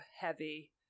Heavy